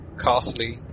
costly